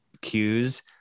cues